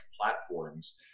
platforms